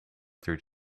through